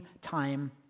time